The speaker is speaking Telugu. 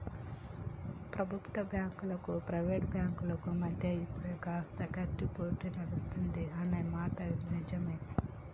ప్రభుత్వ బ్యాంకులు ప్రైవేట్ బ్యాంకుల మధ్య ఇప్పుడు కాస్త గట్టి పోటీ నడుస్తుంది అన్న మాట నిజవే